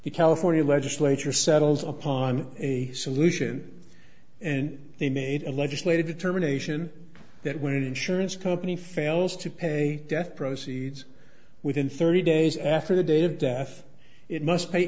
the california legislature settles upon a solution and they made a legislative determination that when an insurance company fails to pay death proceeds within thirty days after the date of death it must pay